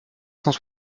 cent